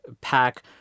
pack